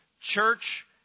Church